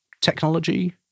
technology